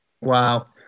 Wow